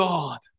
God